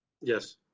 Yes